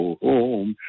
home